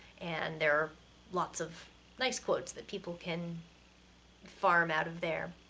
and there are lots of nice quotes that people can farm out of there.